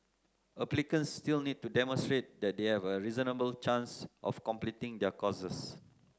applicants still need to demonstrate that they have a reasonable chance of completing their courses